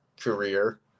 career